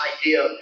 idea